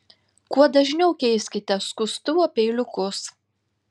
kuo dažniau keiskite skustuvo peiliukus